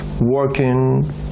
working